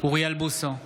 אוריאל בוסו,